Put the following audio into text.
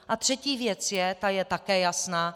A třetí věc je, ta je také jasná.